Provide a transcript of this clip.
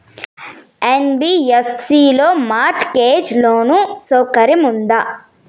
NBFC లో mortgage loan సౌకర్యం ఉందా?